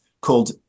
called